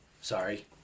Sorry